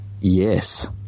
Yes